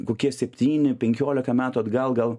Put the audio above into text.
kokie septyni penkiolika metų atgal gal